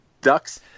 Ducks